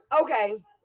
Okay